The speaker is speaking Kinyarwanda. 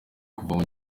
kuvamo